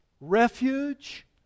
refuge